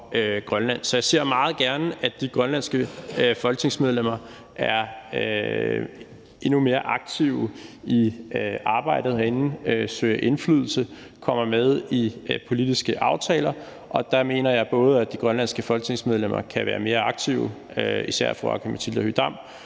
Så jeg ser meget gerne, at de grønlandske folketingsmedlemmer er endnu mere aktive i arbejdet herinde, at de søger indflydelse, og at de kommer med i politiske aftaler, og der mener jeg både, at de grønlandske folketingsmedlemmer kan være mere aktive, især fru Aki-Matilda Høegh-Dam,